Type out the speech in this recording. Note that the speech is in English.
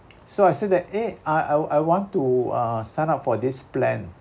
so I said that eh I I I want to uh sign up for this plan